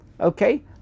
Okay